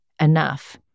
enough